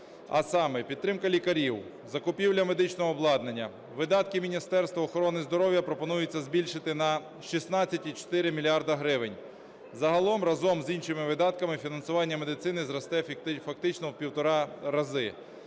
А саме: підтримка лікарів, закупівля медичного обладнання, видатки Міністерства охорони здоров'я пропонуються збільшити на 16,4 мільярда гривень. Загалом разом з іншими видатками фінансування медицини зросте фактично в півтора рази.